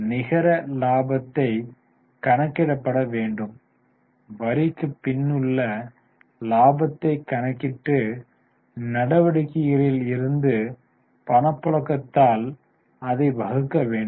நிகர லாபத்தை கணக்கிடப்பட வேண்டும் வரிக்குப் பின்னுள்ள இலாபத்தைக் கணக்கிட்டு நடவடிக்கைகளில் இருந்து பணப்புழக்கத்தால் அதைப் வகுக்க வேண்டும்